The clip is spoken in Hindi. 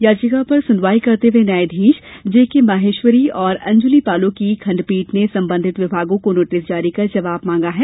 याचिका पर सुनवाई करते हुए न्यायाधीश जे के माहेश्वरी और अंजुली पालो की खंडपीठ ने संबंधित विभागों को नोटिस जारी कर जवाब मांगा है